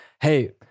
hey